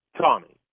Tommy